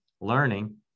learning